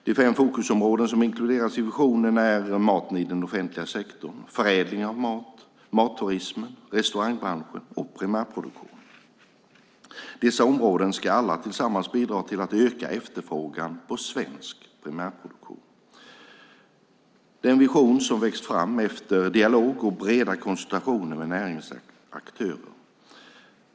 De fem fokusområden som inkluderas i visionen är maten i den offentliga sektorn, förädling av mat, matturismen, restaurangbranschen och primärproduktionen. Dessa områden ska alla tillsammans bidra till att öka efterfrågan på svensk primärproduktion. Det är en vision som växt fram efter dialog och breda konsultationer med näringens aktörer.